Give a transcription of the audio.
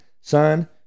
son